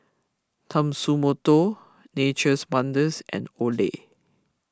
Tatsumoto Nature's Wonders and Olay